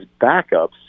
backups